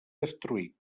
destruït